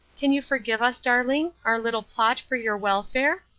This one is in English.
can you forgive us, darling, our little plot for your welfare?